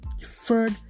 third